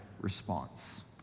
response